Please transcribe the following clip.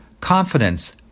confidence